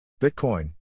Bitcoin